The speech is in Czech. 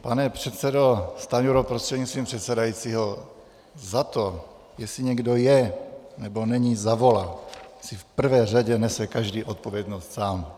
Pane předsedo Stanjuro prostřednictvím předsedajícího, za to, jestli někdo je, nebo není za vola, si v prvé řadě nese každý odpovědnost sám.